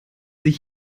sich